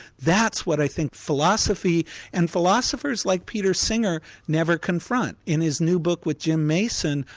that's what i think philosophy and philosophers like peter singer never confront. in his new book with jim mason,